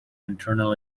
internal